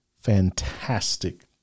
fantastic